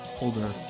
older